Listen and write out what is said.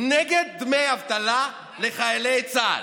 נגד דמי אבטלה לחיילי צה"ל.